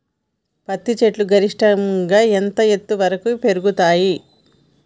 పత్తి చెట్లు గరిష్టంగా ఎంత ఎత్తు వరకు పెరుగుతయ్?